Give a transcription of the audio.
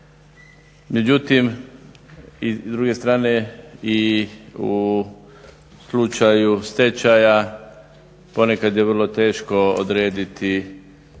Međutim, i s druge strane i u slučaju stečaja ponekad je vrlo teško odrediti